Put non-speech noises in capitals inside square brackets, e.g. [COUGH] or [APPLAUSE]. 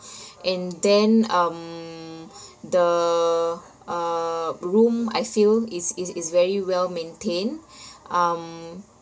[BREATH] and then um [BREATH] the uh room I feel is is is very well maintained [BREATH] um